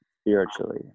spiritually